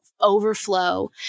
overflow